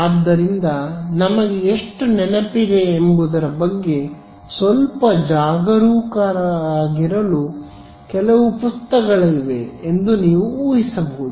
ಆದ್ದರಿಂದ ನಮಗೆ ಎಷ್ಟು ನೆನಪಿದೆ ಎಂಬುದರ ಬಗ್ಗೆ ಸ್ವಲ್ಪ ಜಾಗರೂಕರಾಗಿರಲು ಕೆಲವು ಪುಸ್ತಕಗಳಿವೆ ಎಂದು ನೀವು ಊಹಿಸಬಹುದು